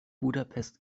budapest